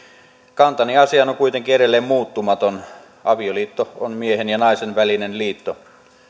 kantani asiaan on kuitenkin edelleen muuttumaton avioliitto on miehen ja naisen välinen liitto